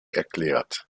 erklärt